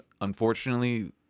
unfortunately